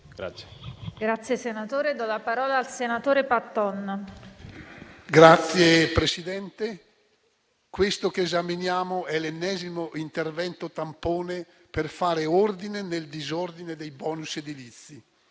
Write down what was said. Signor Presidente, quello che stiamo esaminando è l'ennesimo intervento tampone per fare ordine nel disordine dei *bonus* edilizi.